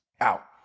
out